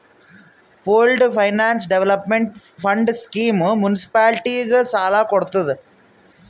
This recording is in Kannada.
pooled finance development fund scheme ಮುನ್ಸಿಪಾಲಿಟಿಗ ಸಾಲ ಕೊಡ್ತುದ್